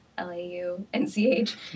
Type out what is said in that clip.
L-A-U-N-C-H